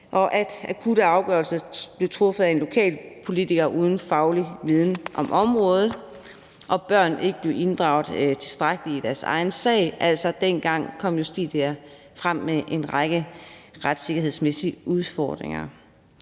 at akutte afgørelser blev truffet af en lokalpolitiker uden faglig viden om området, og at børn ikke blev inddraget tilstrækkeligt i deres egen sag. Dengang kom Justitia altså frem med en række retssikkerhedsmæssige udfordringer,